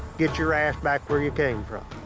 get your ass back where you came from.